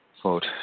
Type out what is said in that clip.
quote